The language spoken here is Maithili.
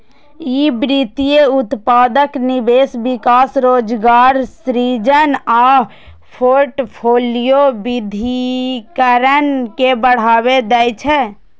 ई वित्तीय उत्पादक निवेश, विकास, रोजगार सृजन आ फोर्टफोलियो विविधीकरण के बढ़ावा दै छै